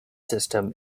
system